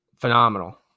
phenomenal